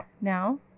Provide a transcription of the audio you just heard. now